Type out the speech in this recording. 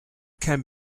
can